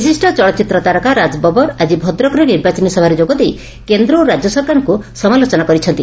ବିଶିଷ୍ ଚଳଚ୍ଚିତ୍ର ତାରକା ରାଜ୍ ବବର୍ ଆକି ଭଦ୍ରକରେ ନିର୍ବାଚନୀ ସଭାରେ ଯୋଗଦେଇ କେନ୍ଦ ଓ ରାଜ୍ୟ ସରକାରଙ୍କୁ ସମାଲୋଚନା କରିଛନ୍ତି